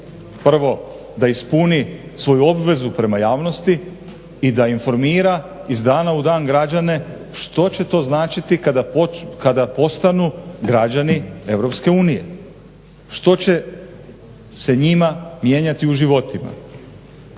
prvo da ispuni svoju obvezu prema javnosti i da informira iz dana u dan građane što će to značiti kada postanu građani EU. Što će se njima mijenjati u životima?